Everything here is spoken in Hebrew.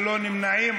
ללא נמנעים.